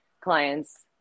clients